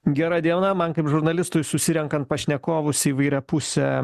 gera diena man kaip žurnalistui susirenkan pašnekovus įvairiapusę